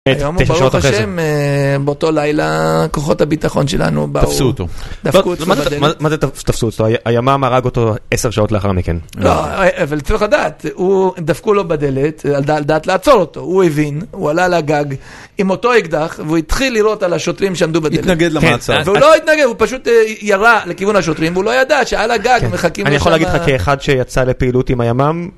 היום, ברוך השם, באותו לילה, כוחות הביטחון שלנו באו, -תפסו אותו, -דפקו אצלו בדלת. מה זה תפסו אותו? הימ"מ הרג אותו עשר שעות לאחר מכן. -לא, אבל צריך לדעת, הוא... דפקו לו בדלת, על דעת לעצור אותו. הוא הבין, הוא עלה על הגג עם אותו אקדח והוא התחיל לירות על השוטרים שעמדו בדלת. -התנגד למעצר. -כן -והוא לא התנגד, הוא פשוט ירה לכיוון השוטרים. הוא לא ידע שעל הגג מחכים שמה... -אני יכול להגיד לך, כאחד שיצא לפעילות עם הימ"מ...